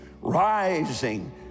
rising